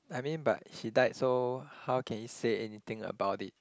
I mean but he died so how can he say anything about it